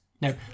No